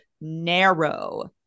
narrow